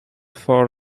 for